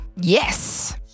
Yes